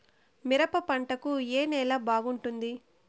మిరప పంట కు ఏ నేల బాగుంటుంది?